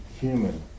human